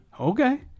Okay